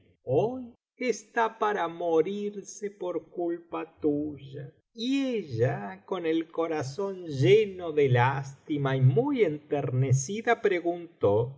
hoy está para morirse por culpa tuya y ella con el corazón heno de lástima y muy enternecida preguntó